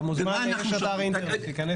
אתה מוזמן לאתר האינטרנט ולראות.